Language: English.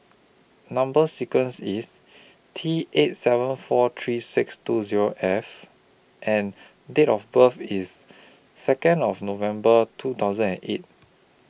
Number sequence IS T eight seven four three six two Zero F and Date of birth IS Second of November two thousand and eight